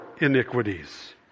iniquities